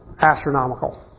astronomical